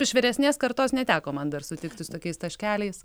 iš vyresnės kartos neteko man dar sutikti su tokiais taškeliais